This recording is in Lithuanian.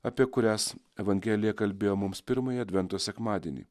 apie kurias evangelija kalbėjo mums pirmąjį advento sekmadienį